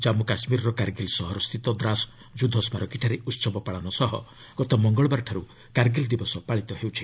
ଜମ୍ମୁ କାଶ୍ମୀରର କାର୍ଗିଲ୍ ସହରସ୍ଥିତ ଦ୍ରାସ୍ ଯୁଦ୍ଧସ୍କାରକୀଠାରେ ଉହବ ପାଳନ ସହ ଗତ ମଙ୍ଗଳବାରଠାରୁ କାର୍ଗିଲ୍ ଦିବସ ପାଳିତ ହେଉଛି